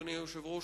אדוני היושב-ראש,